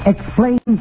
Explain